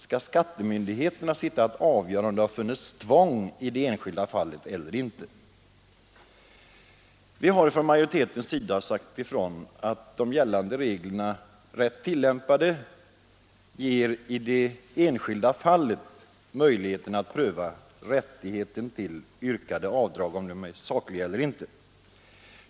Skall de sitta och avgöra om det har förelegat tvång i det enskilda fallet eller inte? Utskottsmajoriteten har sagt ifrån att de gällande reglerna, rätt tillämpade, i det enskilda fallet ger möjlighet att pröva om yrkade avdrag är sakligt berättigade eller inte.